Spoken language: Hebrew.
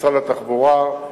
משרד התחבורה,